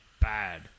bad